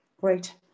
Great